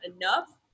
enough